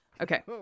okay